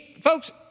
Folks